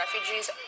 refugees